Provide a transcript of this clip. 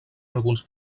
alguns